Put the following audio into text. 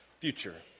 future